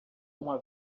uma